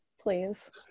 please